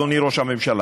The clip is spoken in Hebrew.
אדוני ראש הממשלה.